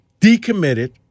decommitted